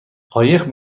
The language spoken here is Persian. قایق